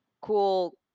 cool